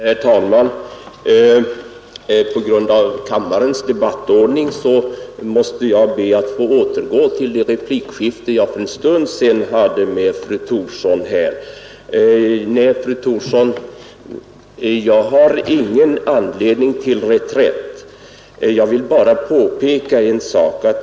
Herr talman! På grund av kammarens debattordning måste jag be att få återgå till det replikskifte jag för en stund sedan hade med fru Thorsson. Nej, fru Thorsson, jag har ingen anledning till reträtt. Jag vill bara påpeka en sak.